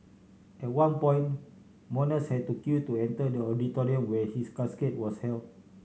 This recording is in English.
at one point mourners had to queue to enter the auditorium where his casket was held